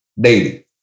daily